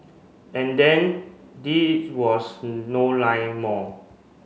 and then this was no line more